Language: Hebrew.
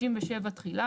37. תחילה.